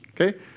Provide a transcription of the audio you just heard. Okay